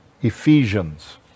Ephesians